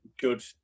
good